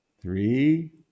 three